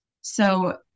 So-